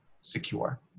secure